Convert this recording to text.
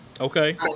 Okay